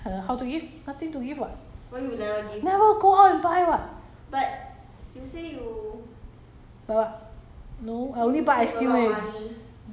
no how to give nothing to give what never go out and buy what